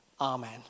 Amen